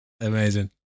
Amazing